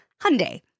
Hyundai